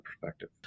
perspective